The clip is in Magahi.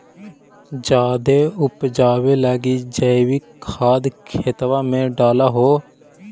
जायदे उपजाबे लगी जैवीक खाद खेतबा मे डाल हो?